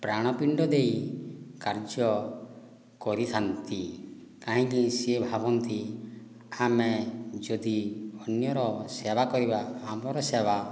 ପ୍ରାଣପିଣ୍ଡ ଦେଇ କାର୍ଯ୍ୟ କରିଥାନ୍ତି କାହିଁକି ସିଏ ଭାବନ୍ତି ଆମେ ଯଦି ଅନ୍ୟର ସେବା କରିବା ଆମର ସେବା